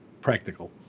practical